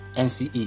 nce